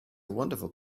wonderful